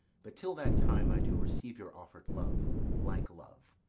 but till that time i do receive your offer'd love like love,